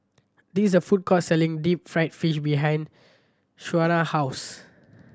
this the food court selling deep fried fish behind Shona house